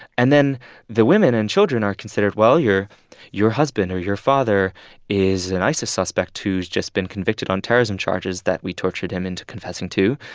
and then the women and children are considered well, your your husband or your father is an isis suspect who's just been convicted on terrorism charges that we tortured him into confessing to,